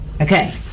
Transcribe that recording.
Okay